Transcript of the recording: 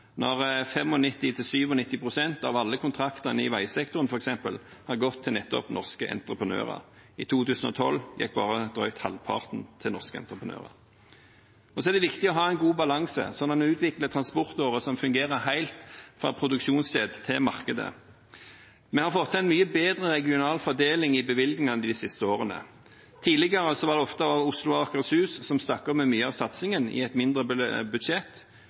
når 95–97 pst. av alle kontraktene i veisektoren, f.eks., har gått til nettopp norske entreprenører. I 2012 gikk bare drøyt halvparten til norske entreprenører. Og så er det viktig å ha en god balanse, sånn at en utvikler transportårer som fungerer helt fra produksjonssted til markedet. Vi har fått en mye bedre regional fordeling i bevilgningene de siste årene. Tidligere var det ofte Oslo og Akershus som stakk av med mye av satsingen, i et mindre budsjett.